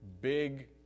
big